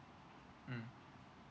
mm